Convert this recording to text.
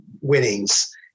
winnings